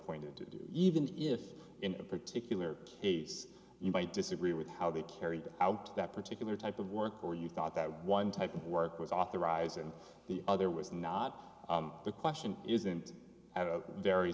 appointed to do even if in a particular case you might disagree with how they carried out that particular type of work or you thought that one type of work was authorised and the other was not the question isn't a very